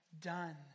done